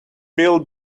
build